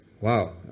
Wow